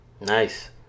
Nice